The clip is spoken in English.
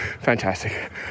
fantastic